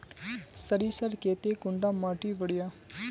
सरीसर केते कुंडा माटी बढ़िया?